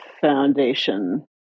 foundation